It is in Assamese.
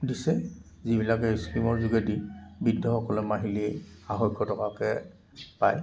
দিছে যিবিলাকে স্কিমৰ যোগেদি বৃদ্ধসকলে মাহিলী আঢ়ৈশ টকাকৈ পায়